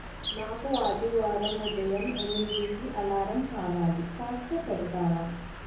నాకు ఆదివారం ఉదయం ఎనిమిదికి అలారం కావాలి కాస్త పెడతావా